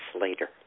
later